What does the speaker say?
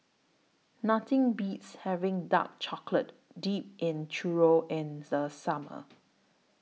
Nothing Beats having Dark Chocolate Dipped Churro in The Summer